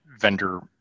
vendor